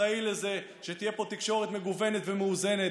אחראי לזה שתהיה פה תקשורת מגוונת ומאוזנת.